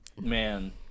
Man